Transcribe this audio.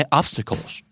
obstacles